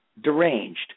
deranged